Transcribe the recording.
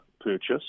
purchase